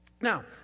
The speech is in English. Now